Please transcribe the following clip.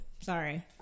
Sorry